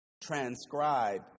transcribe